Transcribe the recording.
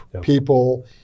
people